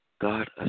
God